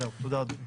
תודה רבה.